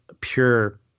pure